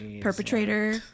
Perpetrator